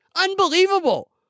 Unbelievable